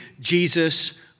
Jesus